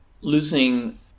losing